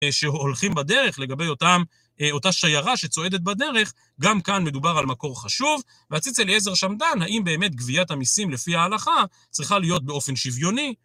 שהולכים בדרך, לגבי אותם... אה... אותה שיירה שצועדת בדרך, גם כאן מדובר על מקור חשוב. והציץ אליעזר שם דן, האם באמת גביית המיסים לפי ההלכה צריכה להיות באופן שוויוני.